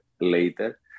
later